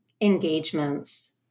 engagements